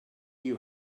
you